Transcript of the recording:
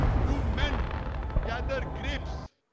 do men gather grapes?